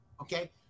Okay